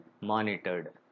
monitored